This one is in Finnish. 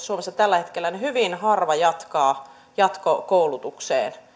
suomessa hyvin harva jatkaa jatkokoulutukseen